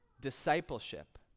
Discipleship